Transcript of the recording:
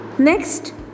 Next